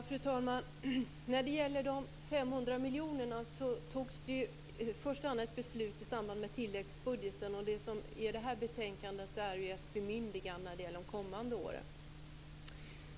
Fru talman! När det gäller de 500 miljonerna fattades i första hand ett beslut i samband med tilläggsbudgeten. I det här betänkandet finns ett bemyndigande vad gäller de kommande åren.